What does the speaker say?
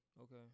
Okay